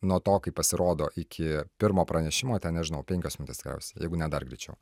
nuo to kai pasirodo iki pirmo pranešimo ten nežinau penkios minutės tikriausiai jeigu ne dar greičiau